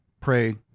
pray